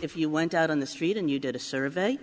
if you went out on the street and you did a survey